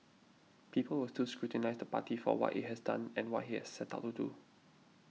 people will still scrutinise the party for what it has done and what it has set out to do